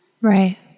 Right